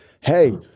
hey